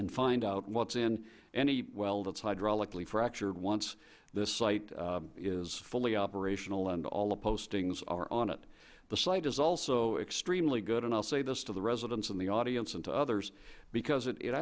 and find out what's in any well that's hydraulically fractured once this site is fully operational and all postings are on it the site is also extremely good and i'll say this to the residents in the audience and to others because it